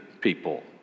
people